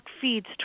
Feeds